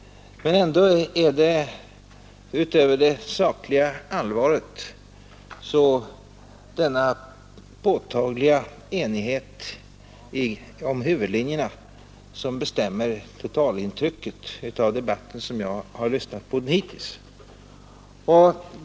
Men ändå är det, utöver det sakliga allvaret, denna påtagliga enighet om huvudlinjerna som bestämmer totalintrycket av den debatt som jag hittills har lyssnat till.